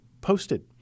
posted